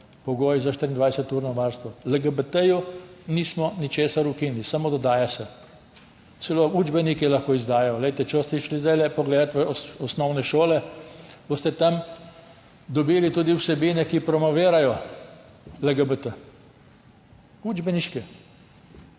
pogoji za 24-urno varstvo. LGBT nismo ničesar ukinili, samo dodaja se. Celo učbenike lahko izdajajo. Če boste šli zdajle pogledat v osnovne šole, boste tam dobili tudi vsebine, ki promovirajo LGBT, učbeniške.